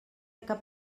cap